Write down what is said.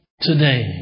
today